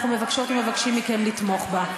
אנחנו מבקשות ומבקשים מכם לתמוך בה.